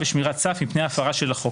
ושמירת סף מפני הפרה של החוק.